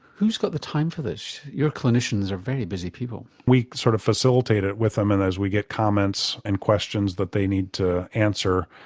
who's got the time for this? your clinicians are very busy people. we sort of facilitate it with them and as we get comments and questions that they need to answer.